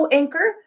anchor